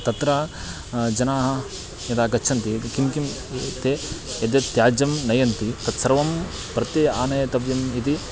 तत्र जनाः यदा गच्छन्ति किं किं ते यद्यत् त्याज्यं नयन्ति तत्सर्वं प्रत्येकम् आनयितव्यम् इति